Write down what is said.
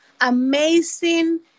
amazing